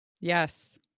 Yes